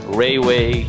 railway